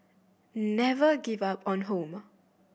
never give up on home